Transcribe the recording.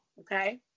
Okay